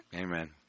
Amen